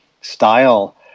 style